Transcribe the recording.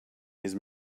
his